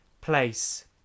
place